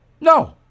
No